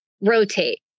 rotate